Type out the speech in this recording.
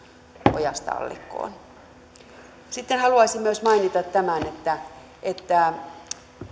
ojasta allikkoon sitten haluaisin myös mainita tämän että että